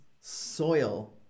soil